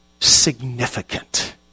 significant